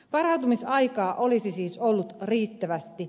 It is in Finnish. varautumisaikaa olisi siis ollut riittävästi